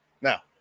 Now